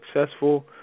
successful